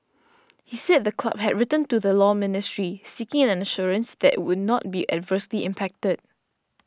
he said the club had written to the Law Ministry seeking an assurance that it would not be adversely impacted